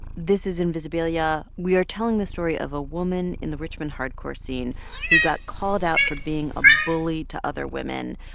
this is invisibilia. we are telling the story of a woman in the richmond hardcore scene who got called out for being a bully to other women.